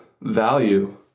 value